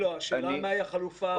אני רוצה להתחיל מהנושא הכי חשוב.